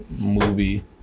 movie